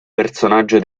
personaggio